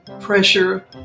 pressure